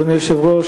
אדוני היושב-ראש,